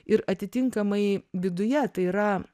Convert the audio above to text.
ir atitinkamai viduje tai yra